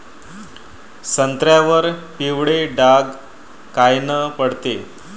संत्र्यावर पिवळे डाग कायनं पडते?